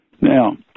Now